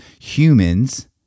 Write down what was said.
humans